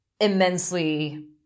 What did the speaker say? immensely